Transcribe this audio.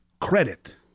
credit